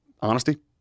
Honesty